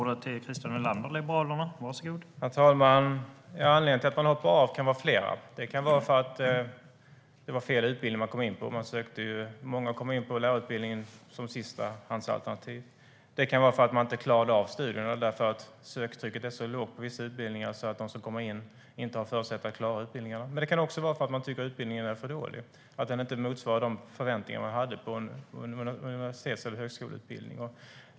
Herr talman! Anledningarna till att de hoppar av kan vara flera. Det kan vara att det var fel utbildning de kom in på. Många kommer in på lärarutbildningen som sistahandsalternativ. Det kan vara för att de inte klarade av studierna. Söktrycket är så lågt på vissa utbildningar att de som kommer in inte har förutsättningar att klara utbildningarna. Men det kan också vara för att de tycker att utbildningen är för dålig och att den inte motsvarar de förväntningar de hade på en universitets eller högskoleutbildning.